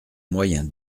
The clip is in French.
moyen